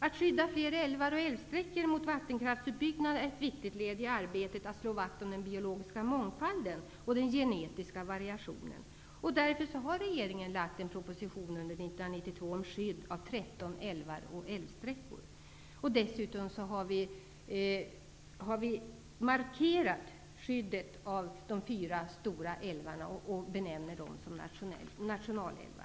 Att skydda fler älvar och älvsträckor mot vattenkraftsutbyggnad är ett viktigt led i arbetet att slå vakt om den biologiska mångfalden och den genetiska variationen. Därför lade regeringen fram en proposition under 1992 om skydd av 13 älvar och älvsträckor. Dessutom har regeringen markerat skyddet av de fyra stora älvarna genom att ge dem benämningen nationalälvar.